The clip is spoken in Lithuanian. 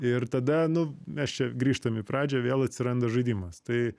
ir tada nu mes čia grįžtam į pradžią vėl atsiranda žaidimas tai